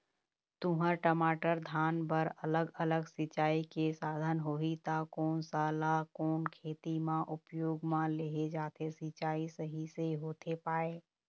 तुंहर, टमाटर, धान बर अलग अलग सिचाई के साधन होही ता कोन सा ला कोन खेती मा उपयोग मा लेहे जाथे, सिचाई सही से होथे पाए?